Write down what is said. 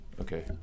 Okay